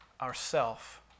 ourself